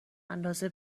اندازه